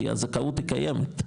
כי הזכאות קיימת,